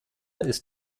ist